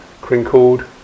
crinkled